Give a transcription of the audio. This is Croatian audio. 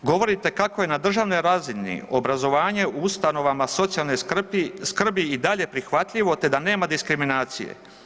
Govorite kako je na državnoj razini obrazovanje u ustanovama socijalne skrbi i dalje prihvatljivo te da nema diskriminacije.